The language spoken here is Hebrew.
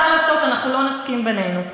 מה לעשות, אנחנו לא נסכים בינינו.